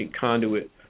conduit